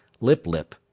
Lip-Lip